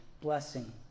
blessing